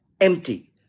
empty